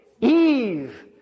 Eve